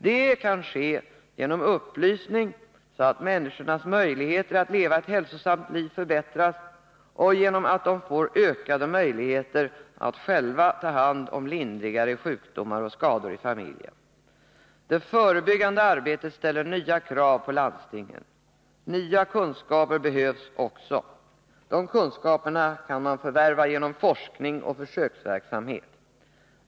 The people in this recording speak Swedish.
Det kan ske genom upplysning, så att människornas möjligheter att leva ett hälsosamt liv förbättras och genom att de får ökade möjligheter att själva ta hand om lindrigare sjukdomar och skador i familjen. Det förebyggande arbetet ställer nya krav på landstingen. Nya kunskaper behövs också. Dessa kunskaper måste förvärvas genom forskning och försöksverksamhet.